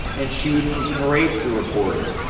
and shootings, and rapes are reported.